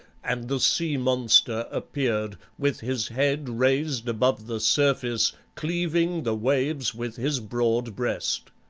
and the sea-monster appeared, with his head raised above the surface, cleaving the waves with his broad breast.